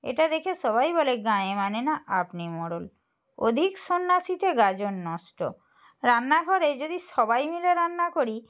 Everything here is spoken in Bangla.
এটা দেখে সবাই বলে বলে গাঁয়ে মানে না আপনি মোড়ল অধিক সন্ন্যাসিতে গাজন নষ্ট রান্নাঘরে যদি সবাই মিলে রান্না করি